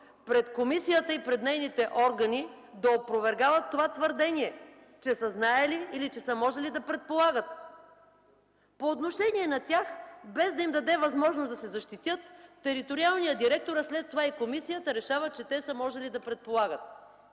пред комисията и нейните органи да опровергават това твърдение – че са знаели или че са можели да предполагат. По отношение на тях, без да им даде възможност да се защитят, териториалният директор, а след това и комисията, решават, че те са можели да предполагат.